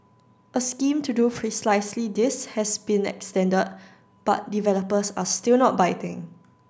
a scheme to do precisely this has been extended but developers are still not biting